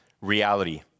reality